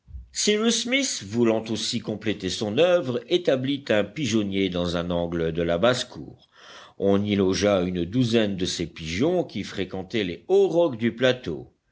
cyrus smith voulant aussi compléter son oeuvre établit un pigeonnier dans un angle de la basse-cour on y logea une douzaine de ces pigeons qui fréquentaient les hauts rocs du plateau